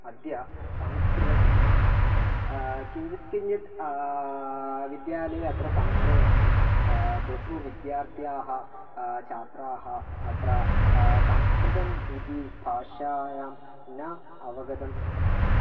अद्य संस्कृतं नास्ति किञ्चित् किञ्चित् विद्यालये अत्र संस्कृतमस्ति बहु विद्यार्थिनः छात्राः अत्र संस्कृतम् इति भाषायां न अवगतम् अस्ति